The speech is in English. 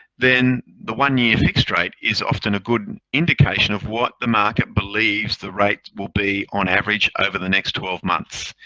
then the one year fixed rate is often a good indication of what the market believes the rate will be on average over the next twelve months.